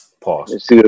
Pause